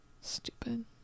stupid